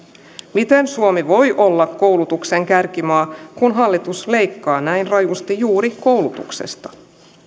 miten suomi voi olla koulutuksen kärkimaa kun hallitus leikkaa näin rajusti juuri koulutuksesta